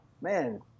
man